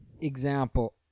example